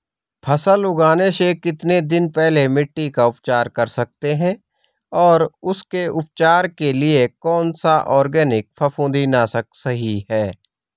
फसल लगाने से कितने दिन पहले मिट्टी का उपचार कर सकते हैं और उसके उपचार के लिए कौन सा ऑर्गैनिक फफूंदी नाशक सही है?